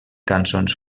cançons